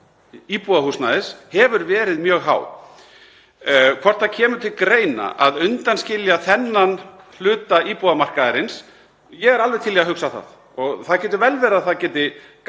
íbúðarhúsnæðis hefur verið mjög há. Hvort það kemur til greina að undanskilja þennan hluta íbúðamarkaðarins — ég er alveg til í að hugsa það og það getur vel verið að það geti gagnast